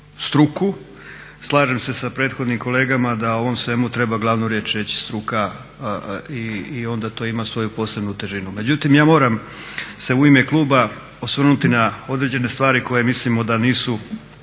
struku. Slažem se sa prethodnim kolegama da o ovom svemu treba glavnu riječ reći struka i onda to ima svoju posebnu težinu. Međutim, ja moram se u ime kluba osvrnuti na određene stvari koje mislimo da nisu